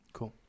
Cool